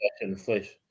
inflation